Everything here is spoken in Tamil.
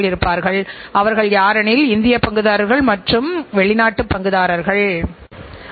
எனவே உங்கள் செயல்பாடுகள் மேம்பட்டால் நிதிநிலைமை தானாகவே மேம்படும்